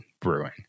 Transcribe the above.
brewing